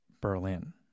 Berlin